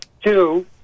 two